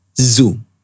Zoom